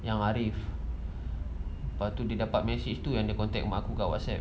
yang arif lepas tu dia dapat message tu dia contact mak aku kat WhatsApp